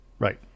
Right